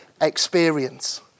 experience